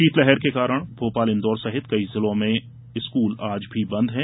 शीतलहर के कारण भोपाल इंदौर सहित कई जिलों के स्कूल आज भी बंद है